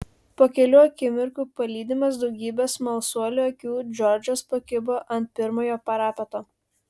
po kelių akimirkų palydimas daugybės smalsuolių akių džordžas pakibo ant pirmojo parapeto